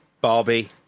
Barbie